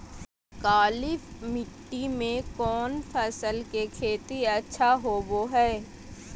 काली मिट्टी में कौन फसल के खेती अच्छा होबो है?